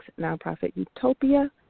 NonprofitUtopia